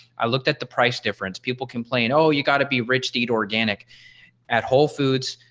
i looked at the price difference. people complain, oh you got to be rich eat organic at whole foods.